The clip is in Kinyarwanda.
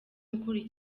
ukuri